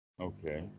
Okay